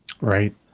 Right